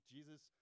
Jesus